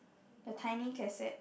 the tiny cassette